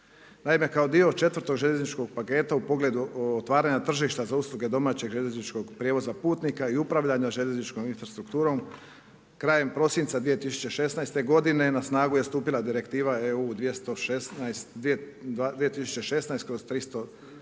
Anime kao dio četvrtog željezničkog paketa u pogledu otvaranja tržišta za usluge domaćeg željezničkog prijevoza putnika i upravljanja željezničkom infrastrukturom, krajem prosinca 2016. godine na snagu je stupila Direktiva EU 2016/2370